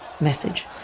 message